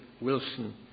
Wilson